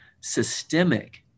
systemic